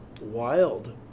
wild